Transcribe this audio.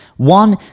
one